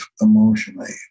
emotionally